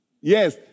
Yes